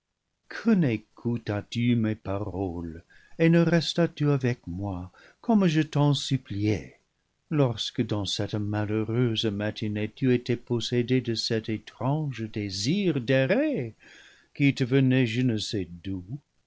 que nécoutas tu mes paroles et ne restas tu avec moi comme je t'en suppliais lorsque dans cette malheureuse ma tinée tu étais possédée de cet étrange désir d'errer qui te venait je ne sais